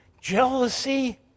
jealousy